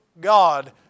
God